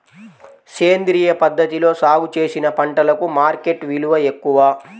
సేంద్రియ పద్ధతిలో సాగు చేసిన పంటలకు మార్కెట్ విలువ ఎక్కువ